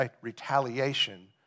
retaliation